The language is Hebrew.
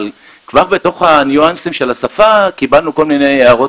אבל כבר בתוך הניואנסים של השפה קיבלנו כל מיני הערות